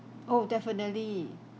oh definitely